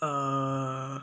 err